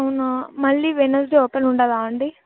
అవునా మళ్ళీ Wednesday open ఉండదా అండి